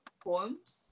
Poems